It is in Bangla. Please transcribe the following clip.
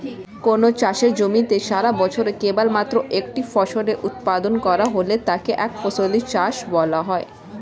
কোনও চাষের জমিতে সারাবছরে কেবলমাত্র একটি ফসলের উৎপাদন করা হলে তাকে একফসলি চাষ বলা হয়